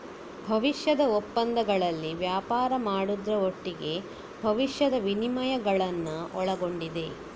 ಭವಿಷ್ಯದ ಒಪ್ಪಂದಗಳಲ್ಲಿ ವ್ಯಾಪಾರ ಮಾಡುದ್ರ ಒಟ್ಟಿಗೆ ಭವಿಷ್ಯದ ವಿನಿಮಯಗಳನ್ನ ಒಳಗೊಂಡಿದೆ